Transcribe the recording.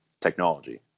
technology